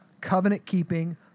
covenant-keeping